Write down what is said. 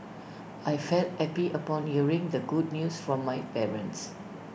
I felt happy upon hearing the good news from my parents